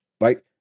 Right